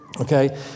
okay